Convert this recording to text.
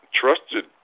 trusted